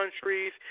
countries